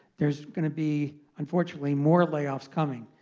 there's going to be unfortunately, more layoffs coming.